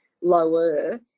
lower